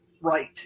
right